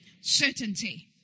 certainty